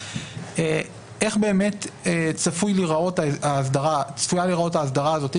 איך באמת צפויה להיראות ההסדרה הזאת.